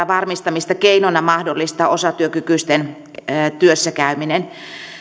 varmistamisesta keinona mahdollistaa osatyökykyisten työssä käyminen